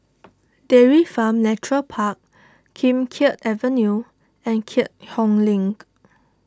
Dairy Farm Nature Park Kim Keat Avenue and Keat Hong Link